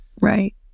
right